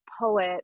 poet